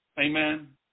Amen